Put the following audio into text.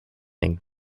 and